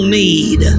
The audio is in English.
need